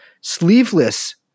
sleeveless